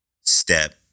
step